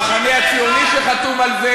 המחנה הציוני שחתום על זה.